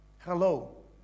Hello